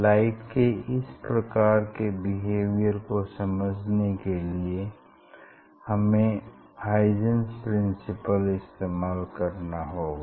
light के इस प्रकार के बिहेवियर को समझने के लिए हमें हाईजन्स प्रिंसिपल इस्तेमाल करना होगा